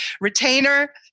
retainer